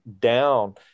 down